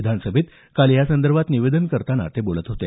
विधानसभेत काल यासंदर्भात निवेदन करताना ते बोलत होते